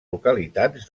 localitats